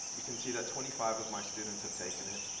you can see that twenty five of my students have taken it.